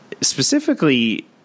specifically